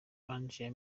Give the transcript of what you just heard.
angel